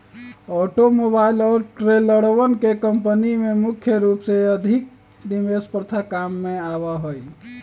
automobile और ट्रेलरवन के कम्पनी में मुख्य रूप से अधिक निवेश प्रथा काम में आवा हई